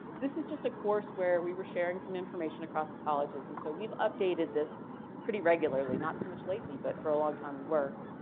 this is just a course where we were sharing some information across the colleges. and so, we've updated this pretty regularly, not so much lately, but for a long time we were.